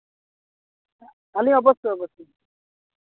ᱟᱹᱞᱤᱧ ᱚᱵᱚᱥᱥᱳᱭ ᱚᱵᱚᱥᱥᱳᱭ